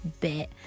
bit